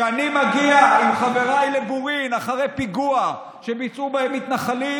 כשאני מגיע עם חבריי לבורין אחרי פיגוע שביצעו בהם מתנחלים,